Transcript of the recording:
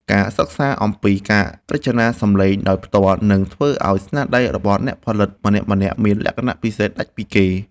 ការសិក្សាអំពីការរចនាសំឡេងដោយផ្ទាល់នឹងធ្វើឱ្យស្នាដៃរបស់អ្នកផលិតម្នាក់ៗមានលក្ខណៈពិសេសដាច់ពីគេ។